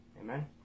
amen